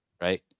right